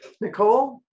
nicole